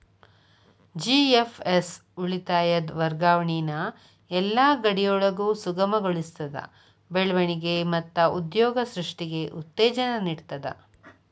GFS ಉಳಿತಾಯದ್ ವರ್ಗಾವಣಿನ ಯೆಲ್ಲಾ ಗಡಿಯೊಳಗು ಸುಗಮಗೊಳಿಸ್ತದ, ಬೆಳವಣಿಗೆ ಮತ್ತ ಉದ್ಯೋಗ ಸೃಷ್ಟಿಗೆ ಉತ್ತೇಜನ ನೇಡ್ತದ